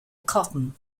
cotton